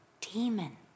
demon